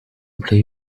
play